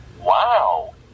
Wow